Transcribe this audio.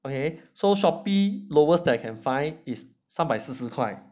okay so Shopee lowest that I can find is 三百四十块